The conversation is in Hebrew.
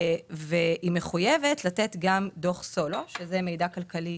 היא מחויבת לתת דוח סולו, לתת מידע כלכלי